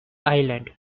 island